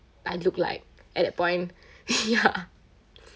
I look like at that point ya